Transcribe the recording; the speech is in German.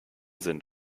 sind